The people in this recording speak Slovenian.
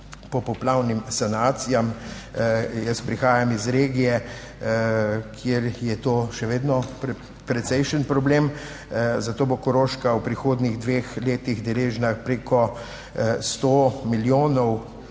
poplavnim sanacijam. Jaz prihajam iz regije, kjer je to še vedno precejšen problem, zato bo Koroška v prihodnjih dveh letih deležna preko sto milijonov